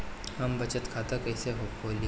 हम बचत खाता कईसे खोली?